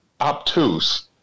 obtuse